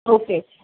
okay